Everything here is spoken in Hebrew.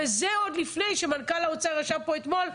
וזה עוד לפני שמנכ"ל האוצר ישב פה אתמול ואמר: